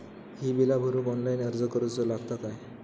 ही बीला भरूक ऑनलाइन अर्ज करूचो लागत काय?